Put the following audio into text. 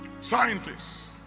scientists